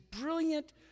brilliant